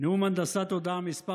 נאום הנדסת תודעה מס'